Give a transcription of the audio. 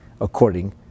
according